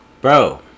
bro